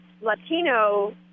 Latino